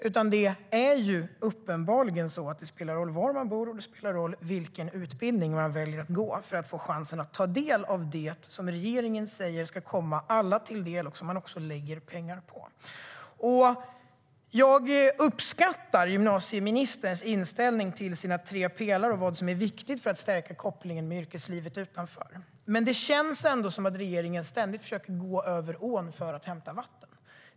I stället är det uppenbarligen så att det spelar roll var man bor och vilken utbildning man väljer att gå när det gäller chansen att få ta del av det regeringen säger ska komma alla till del och som den lägger pengar på. Jag uppskattar gymnasieministerns inställning till sina tre pelare och vad som är viktigt för att stärka kopplingen till yrkeslivet utanför, men det känns ändå som att regeringen ständigt försöker gå över ån efter vatten.